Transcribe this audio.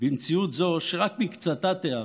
במציאות זו, שרק מקצתה תיארתי,